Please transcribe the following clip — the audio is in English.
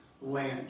land